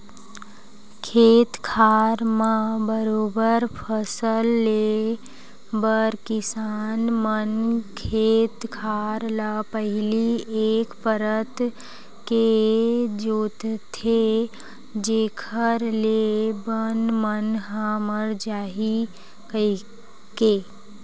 खेत खार म बरोबर फसल ले बर किसान मन खेत खार ल पहिली एक परत के जोंतथे जेखर ले बन मन ह मर जाही कहिके